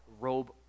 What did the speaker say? robe